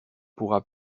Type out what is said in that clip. pourra